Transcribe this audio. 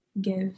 give